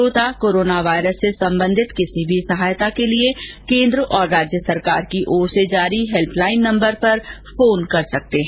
श्रोता coronavirus से संबंधित किसी भी सहायता के लिए केन्द्र और राज्य की ओर से जारी हेल्प लाइन नम्बर पर फोन कर सकते हैं